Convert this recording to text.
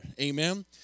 amen